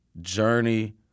journey